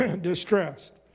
distressed